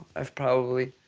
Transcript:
i've probably